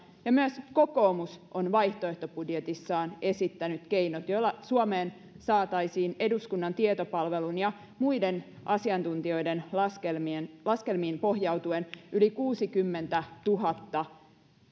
ja myös kokoomus on vaihtoehtobudjetissaan esittänyt keinot joilla suomeen saataisiin eduskunnan tietopalvelun ja muiden asiantuntijoiden laskelmiin pohjautuen yli kuusikymmentätuhatta